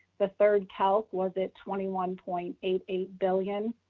the third calc was it twenty one point eight eight billion.